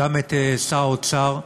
גם את שר האוצר,